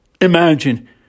Imagine